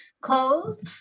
clothes